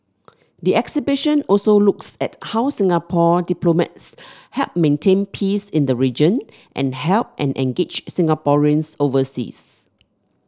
the exhibition also looks at how Singapore diplomats help maintain peace in the region and help and engage Singaporeans overseas